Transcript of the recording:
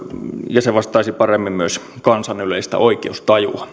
ja se vastaisi paremmin myös kansan yleistä oikeustajua